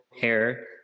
hair